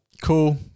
Cool